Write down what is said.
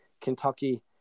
Kentucky